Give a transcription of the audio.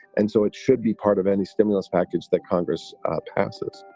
and so it should be part of any stimulus package that congress passes